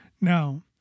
Now